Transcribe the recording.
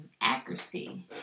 accuracy